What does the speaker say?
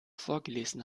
vorgelesen